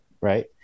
right